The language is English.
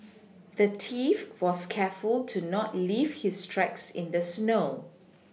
the thief was careful to not leave his tracks in the snow